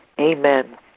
Amen